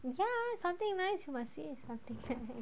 ya something nice you must say something nice